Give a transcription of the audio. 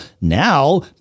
now